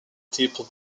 typed